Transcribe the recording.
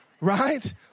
Right